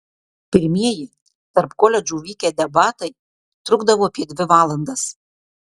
pirmieji tarp koledžų vykę debatai trukdavo apie dvi valandas